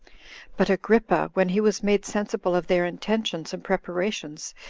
but agrippa, when he was made sensible of their intentions and preparations,